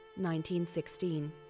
1916